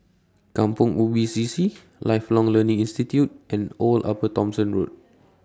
Kampong Ubi C C Lifelong Learning Institute and Old Upper Thomson Road